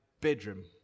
bedroom